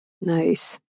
Nice